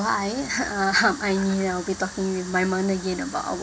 why I mean I'll be talking again about